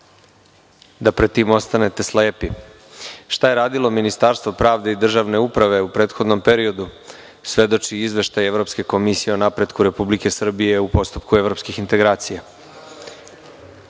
da pred tim ostanete slepi. Šta je radilo Ministarstvo pravde i državne uprave u prethodnom periodu, svedoči izveštaj Evropske komisije o napretku Republike Srbije u postupku evropskih integracija. Da